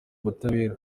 butabera